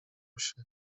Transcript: się